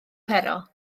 pero